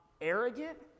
arrogant